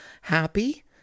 happy